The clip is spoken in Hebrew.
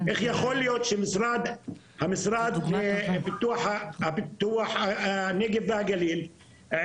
איך יכול להיות שהמשרד לפיתוח הנגב והגליל,